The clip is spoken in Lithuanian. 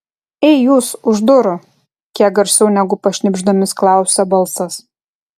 ei jūs už durų kiek garsiau negu pašnibždomis klausia balsas